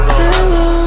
hello